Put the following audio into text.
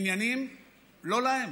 בעניינים לא-להם.